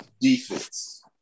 defense